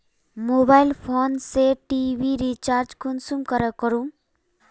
Mobile phone से TV recharge कुंसम करे करूम?